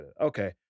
Okay